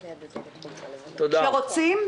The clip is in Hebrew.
כשרוצים,